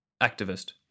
activist